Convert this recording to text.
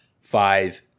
five